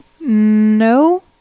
No